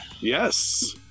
Yes